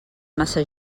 massa